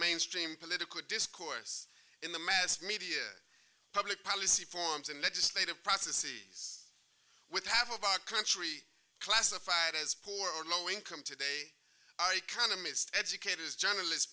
mainstream political discourse in the mass media public policy forums and legislative processes with half of our country classified as poor or low income today i can amidst educators journalist